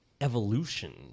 evolution